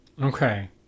Okay